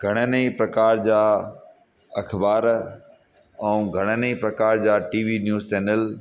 घणण ई प्रकार जा अख़बार ऐं घणण ई प्रकार जा टीवी न्यूज़ चैनल